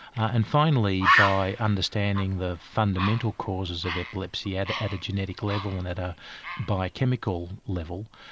and finally by understanding the fundamental causes of epilepsy at at a genetic level and at a biochemical level,